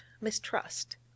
mistrust